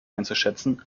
einzuschätzen